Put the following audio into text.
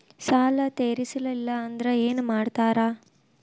ಸಾಲ ತೇರಿಸಲಿಲ್ಲ ಅಂದ್ರೆ ಏನು ಮಾಡ್ತಾರಾ?